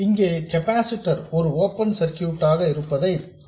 இங்கே கெபாசிட்டர் ஒரு open circuit ஆக இருப்பதை நீங்கள் பார்க்கலாம்